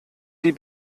die